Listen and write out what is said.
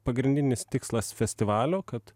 pagrindinis tikslas festivalio kad